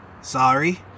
Sorry